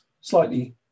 slightly